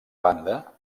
banda